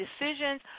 decisions